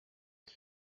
uyu